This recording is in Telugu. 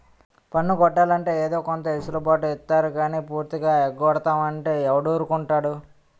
పన్ను కట్టాలంటే ఏదో కొంత ఎసులు బాటు ఇత్తారు గానీ పూర్తిగా ఎగ్గొడతాం అంటే ఎవడూరుకుంటాడు